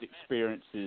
experiences